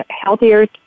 healthier